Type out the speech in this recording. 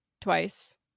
twice